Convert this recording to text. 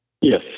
Yes